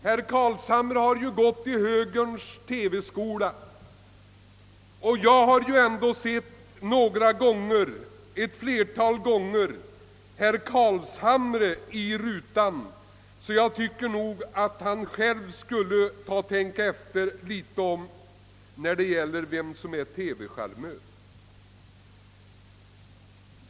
Herr Carlshamre har ju gått i högerns TV-skola, och jag har flera gånger sett honom i rutan, så jag tycker att han skall tänka efter litet vem som är TV-charmör.